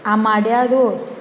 आमाड्या रोस